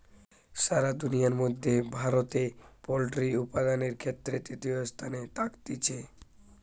সারা দুনিয়ার মধ্যে ভারতে পোল্ট্রি উপাদানের ক্ষেত্রে তৃতীয় স্থানে থাকতিছে